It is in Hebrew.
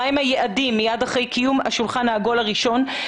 מה הם היעדים מיד אחרי קיום השולחן העגול הראשון.